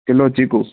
kilo चीकू